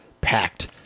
packed